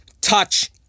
touch